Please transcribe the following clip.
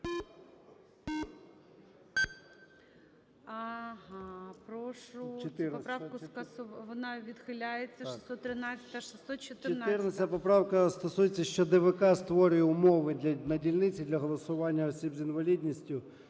14-а поправка стосується, що ДВК створює умови на дільниці для голосування осіб з інвалідністю.